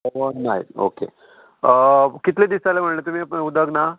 Pawan Naik okay कितले दीस जाले म्हणलें तुमी उदक ना